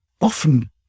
often